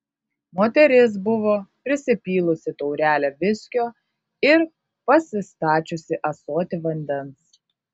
moteris buvo prisipylusi taurelę viskio ir pasistačiusi ąsotį vandens